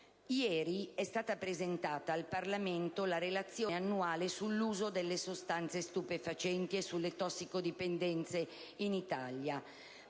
Ieri è stata presentata al Parlamento la relazione annuale sull'uso delle sostanze stupefacenti e sulle tossicodipendenze in Italia.